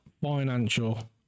financial